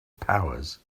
powers